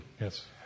yes